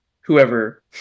whoever